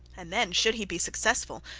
and then, should he be successful,